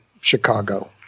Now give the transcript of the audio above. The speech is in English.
Chicago